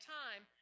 time